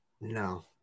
No